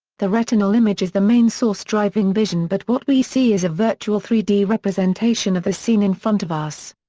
the retinal image is the main source driving vision but what we see is a virtual three d representation of the scene in front of us.